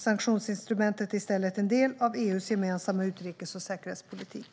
Sanktionsinstrumentet är i stället en del av EU:s gemensamma utrikes och säkerhetspolitik.